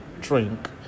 drink